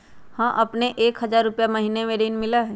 हां अपने के एक हजार रु महीने में ऋण मिलहई?